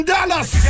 Dallas